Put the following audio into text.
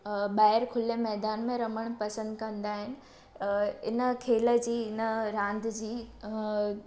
अ ॿाहिरि खुले मैदान में रमण पसंदि कंदा आहिनि अ इन खेल जी इन रांदि जी अ